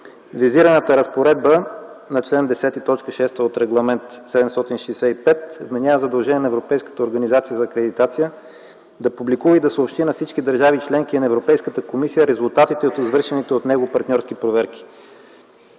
Визираната разпоредба на чл. 10, т. 6 от Регламент 765 вменява задължение на Европейската организация за акредитация да публикува и да съобщи на всички държави членки и на Европейската комисия резултатите от извършените от него партньорски проверки.